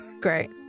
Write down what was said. Great